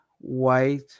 white